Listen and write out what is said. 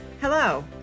Hello